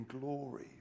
glory